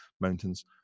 mountains